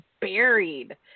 buried